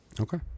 Okay